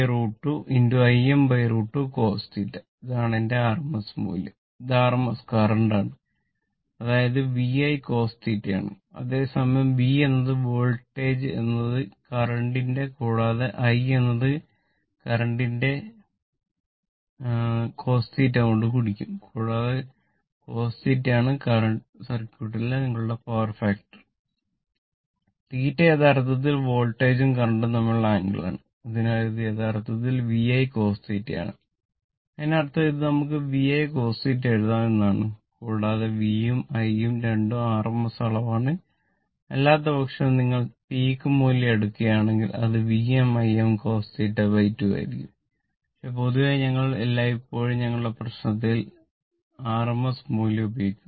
θ യഥാർത്ഥത്തിൽ വോൾട്ടേജും കറന്റും തമ്മിലുള്ള ആംഗിൾ2 ആയിരിക്കും പക്ഷേ പൊതുവേ ഞങ്ങൾ എല്ലായ്പ്പോഴും ഞങ്ങളുടെ പ്രശ്നങ്ങളിൽ rms മൂല്യം ഉപയോഗിക്കും